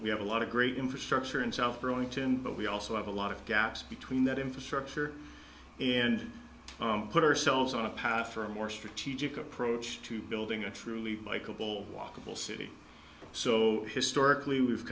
we have a lot of great infrastructure in south burlington but we also have a lot of gaps between that infrastructure and put ourselves on a path for a more strategic approach to building a truly likeable walkable city so historically we've